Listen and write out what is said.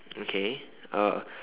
okay uh